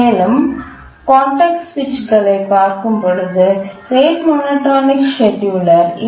மேலும் கான்டெக்ஸ்ட் சுவிட்சுகளைப் பார்க்கும் பொழுது ரேட் மோனோடோனிக் ஸ்கேட்யூலர் ஈ